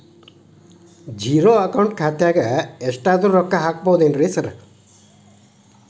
Zero account ಖಾತ್ಯಾಗ ಎಷ್ಟಾದ್ರೂ ರೊಕ್ಕ ಹಾಕ್ಬೋದೇನ್ರಿ ಸಾರ್?